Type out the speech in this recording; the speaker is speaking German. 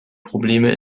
probleme